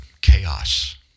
chaos